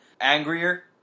angrier